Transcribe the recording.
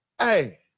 Hey